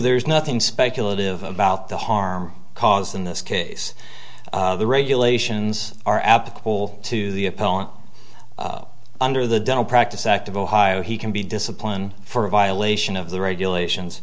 there is nothing speculative about the harm caused in this case the regulations are applicable to the appellant under the dental practice act of ohio he can be disciplined for a violation of the regulations